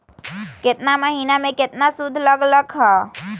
केतना महीना में कितना शुध लग लक ह?